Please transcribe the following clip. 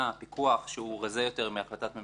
הפיקוח שהוא רזה יתר מהחלטת ממשלה 1198,